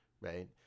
Right